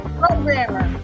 programmer